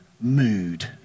mood